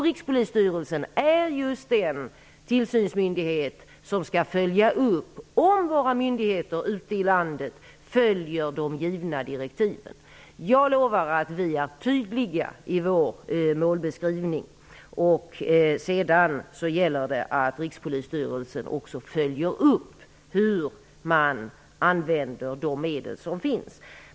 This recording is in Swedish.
Rikspolisstyrelsen är just den tillsynsmyndighet som skall följa upp om våra myndigheter ute i landet följer de givna direktiven. Jag lovar att vi är tydliga i vår målbeskrivning. Sedan gäller det att Rikspolisstyrelsen också följer upp hur man använder de medel som finns.